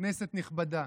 כנסת נכבדה,